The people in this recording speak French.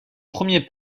premier